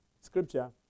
Scripture